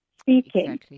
speaking